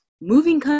moving